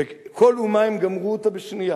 כל אומה, הם גמרו אותה בשנייה,